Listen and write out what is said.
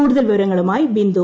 കൂടുതൽ വിവരങ്ങളുമായി ബിന്ദു